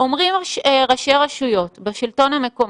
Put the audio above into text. אומרים ראשי רשויות בשלטון המקומי,